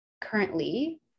currently